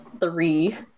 Three